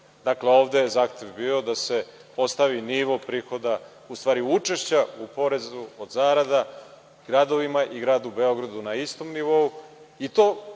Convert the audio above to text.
ovde je zahtev bio da se ostavi nivo prihoda, u stvari učešća u porezu od zarada gradovima i gradu Beogradu na istom nivou